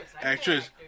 Actress